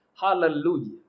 Hallelujah